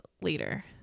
later